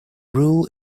rule